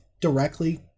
directly